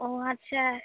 ও আচ্ছা